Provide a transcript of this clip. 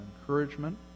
encouragement